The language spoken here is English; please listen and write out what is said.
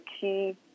key